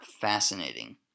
fascinating